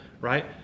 right